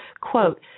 Quote